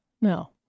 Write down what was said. No